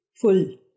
full